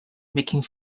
making